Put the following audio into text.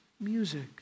music